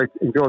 enjoy